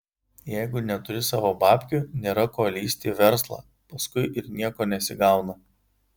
jeigu neturi savo babkių nėra ko lįsti į verslą paskui ir nieko nesigauna